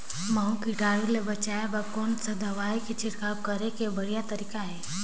महू कीटाणु ले बचाय बर कोन सा दवाई के छिड़काव करे के बढ़िया तरीका हे?